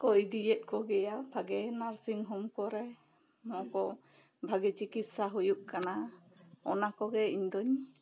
ᱠᱚ ᱤᱫᱤᱭᱮᱛ ᱠᱚ ᱜᱮᱭᱟ ᱵᱷᱟᱹᱜᱤ ᱱᱟᱨᱥᱤᱝ ᱦᱳᱢ ᱠᱚᱨᱮ ᱟᱫᱚ ᱵᱷᱟᱹᱜᱤ ᱪᱤᱠᱤᱛᱥᱟ ᱦᱩᱭᱩᱜ ᱠᱟᱱᱟ ᱚᱱᱟ ᱠᱚ ᱜᱮ ᱤᱧ ᱫᱚᱧ